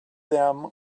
them